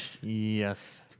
Yes